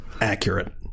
accurate